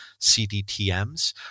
cdtms